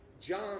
John